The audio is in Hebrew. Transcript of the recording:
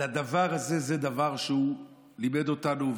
הדבר הזה לימד אותנו,